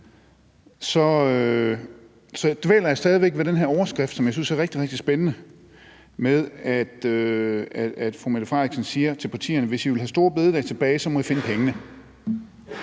Jeg dvæler stadig væk ved den her overskrift, som jeg synes er rigtig, rigtig spændende, hvor fru Mette Frederiksen siger til partierne, at hvis I vil have store bededag tilbage, må I finde pengene.